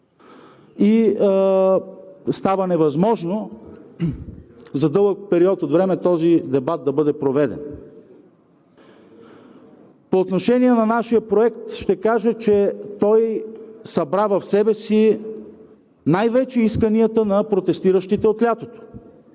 и става невъзможно за дълъг период от време този дебат да бъде проведен. По отношение на нашия проект ще кажа, че той събра в себе си най-вече исканията на протестиращите от лятото.